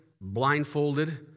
blindfolded